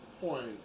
point